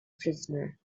prisoner